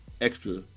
Extra